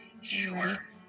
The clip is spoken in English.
Sure